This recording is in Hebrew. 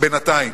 בינתיים.